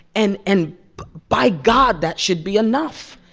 and and, by god, that should be enough.